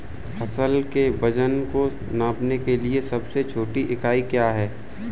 फसल के वजन को नापने के लिए सबसे छोटी इकाई क्या है?